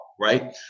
Right